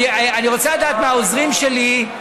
אני רוצה לדעת מהעוזרים שלי,